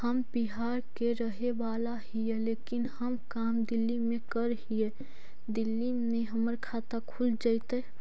हम बिहार के रहेवाला हिय लेकिन हम काम दिल्ली में कर हिय, दिल्ली में हमर खाता खुल जैतै?